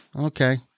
Okay